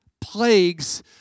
plagues